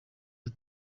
ati